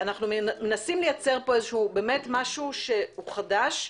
אנחנו מנסים לייצר פה משהו חדש,